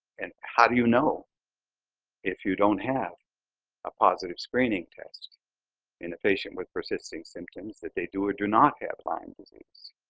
and how do you know if you don't have a positive screening test in a patient with persisting symptoms that they do or do not have lyme disease.